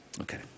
Okay